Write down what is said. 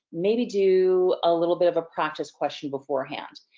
maybe do a little bit of a practice question beforehand.